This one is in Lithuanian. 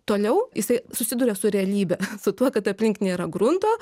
toliau jisai susiduria su realybe su tuo kad aplink nėra grunto